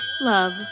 love